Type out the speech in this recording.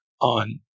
on